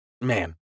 man